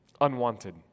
Unwanted